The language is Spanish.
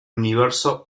universo